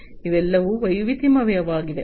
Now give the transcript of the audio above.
ಇವೆಲ್ಲವೂ ವೈವಿಧ್ಯಮಯವಾಗಿವೆ